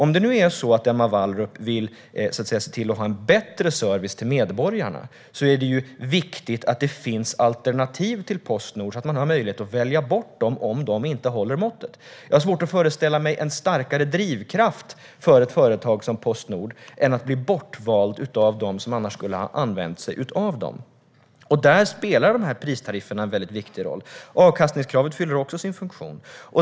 Om nu Emma Wallrup vill ha en bättre service till medborgarna är det viktigt att det finns alternativ till Postnord, så att man har möjlighet att välja bort dem om de inte håller måttet. Jag har svårt att föreställa mig en starkare drivkraft för ett företag som Postnord än att bli bortvalt av dem som annars skulle ha använt sig av dem. Där spelar pristarifferna en viktig roll. Avkastningskravet fyller också sin funktion.